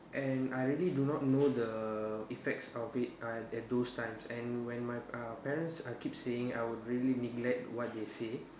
and I really do not know the effects of it uh at those times and when my uh parents I keep saying I will really neglect what they say